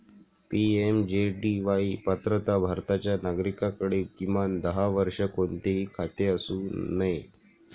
PMJDY पात्रता भारताच्या नागरिकाकडे, किमान दहा वर्षे, कोणतेही खाते असू नये